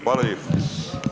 Hvala lijepo.